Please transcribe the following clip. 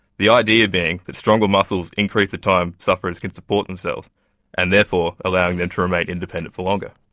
the idea being that stronger muscles increase the time sufferers can support themselves and therefore allowing them to remain independent for longer.